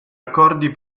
accordi